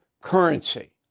currency